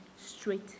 straight